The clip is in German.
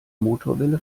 motorwelle